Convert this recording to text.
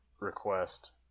request